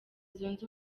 zunze